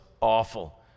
awful